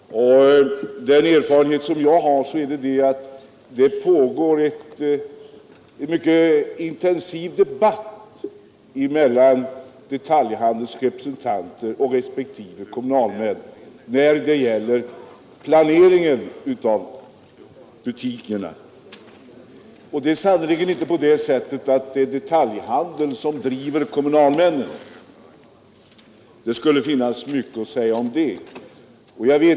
Det pågår en mycket intensiv debatt mellan detaljhandelns representanter och respektive kommunalmän beträffande planeringen av butikerna. Och det är sannerligen inte på det sättet att det är detaljhandelns representanter som driver på kommunalmännen att vidtaga åtgärder för att förändra butiksstrukturen. Det skulle finnas mycket att säga om detta men jag avstår.